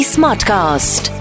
Smartcast